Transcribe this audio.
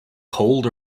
cold